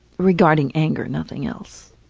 regarding anger, nothing else,